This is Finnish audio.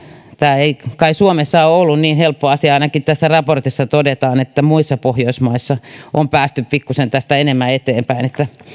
tämä ei kai suomessa ole ole ollut niin helppo asia ainakin tässä raportissa todetaan että muissa pohjoismaissa on päästy pikkusen tästä enemmän eteenpäin